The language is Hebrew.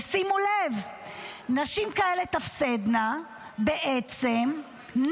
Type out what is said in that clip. ושימו לב, נשים כאלה תפסדנה נטו,